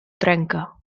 trenca